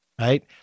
right